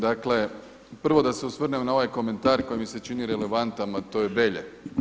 Dakle, prvo sa se osvrnem na ovaj komentar koji mi se čini relevantan, a to je Belje.